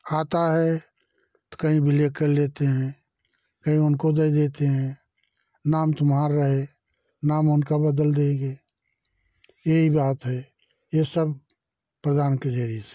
आता है तो कहीं भी लेकर लेते हैं कहीं उनको दे देते हैं नाम तुम्हार रहे नाम उनका बदल देंगे यही बात है ये सब प्रधान के जरिए से है